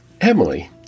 Emily